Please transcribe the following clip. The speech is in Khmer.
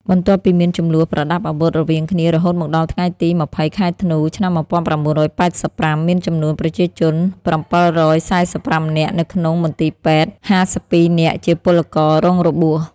បន្ទាប់ពីមានជម្លោះប្រដាប់អាវុធរវាងគ្នា រហូតមកដល់ថ្ងៃទី ២០ ខែ ធ្នូ ឆ្នាំ ១៩៨៥ មានចំនួនប្រជាជន ៧៤៥នាក់នៅក្នុងមន្ទីពេទ្យ(៥២នាក់ជាពលកររងរបួស)។